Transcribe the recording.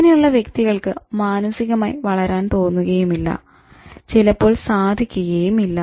ഇങ്ങനെ ഉള്ള വ്യക്തികൾക്ക് മാനസികമായി വളരാൻ തോന്നുകയുമില്ല ചിലപ്പോൾ സാധിക്കുകയുമില്ല